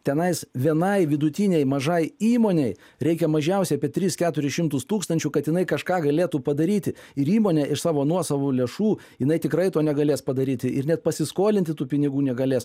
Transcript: tenais vienai vidutinei mažai įmonei reikia mažiausiai apie tris keturis šimtus tūkstančių kad jinai kažką galėtų padaryti ir įmonė iš savo nuosavų lėšų jinai tikrai to negalės padaryti ir net pasiskolinti tų pinigų negalės